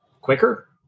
quicker